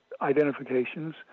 identifications